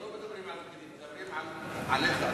לא מדברים על הפקידים אלא עליך.